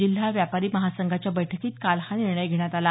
जिल्हा व्यापारी महासंघाच्या बैठकीत काल हा निर्णय घेण्यात आला